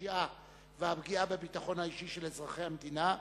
הפשיעה והפגיעה בביטחון האישי של אזרחי המדינה,